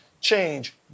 Change